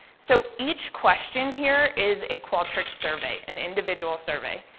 so each question here is a qualtrics survey, an individual survey.